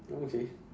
oh okay